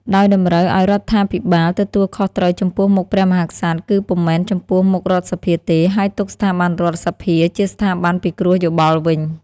ដោយតម្រូវឱ្យរដ្ឋាភិបាលទទួលខុសត្រូវចំពោះមុខព្រះមហាក្សត្រ គឺពុំមែនចំពោះមុខរដ្ឋសភាទេ ហើយទុកស្ថាប័នរដ្ឋសភាជាស្ថាប័នពិគ្រោះយោបល់វិញ។